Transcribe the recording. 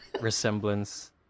resemblance